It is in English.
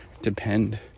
depend